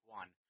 one